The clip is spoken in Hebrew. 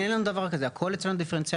אין דבר כזה, הכל בדיפרנציאליות.